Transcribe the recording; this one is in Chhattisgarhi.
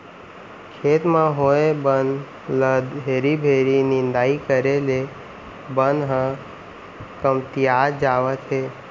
खेत म होए बन ल घेरी बेरी निंदाई करे ले बन ह कमतियात जावत हे